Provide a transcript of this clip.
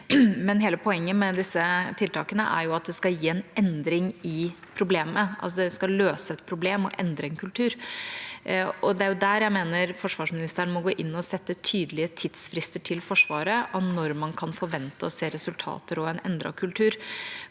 men hele poenget med disse tiltakene er at det skal gi en endring i problemet, altså at det skal løse et problem og endre en kultur. Det er der jeg mener forsvarsministeren må gå inn og sette tydelige tidsfrister til Forsvaret for når man kan forvente å se resultater og en endret kultur.